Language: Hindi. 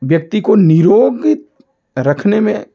व्यक्ति को निरोगित रखने में